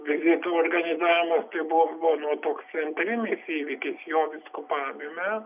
vizitų organizavimas tai buvo buvo nu toks centrinis įvykis jo vyskupavime